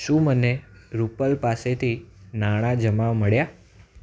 શું મને રૂપલ પાસેથી નાણાં જમા મળ્યાં